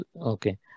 Okay